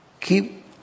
Keep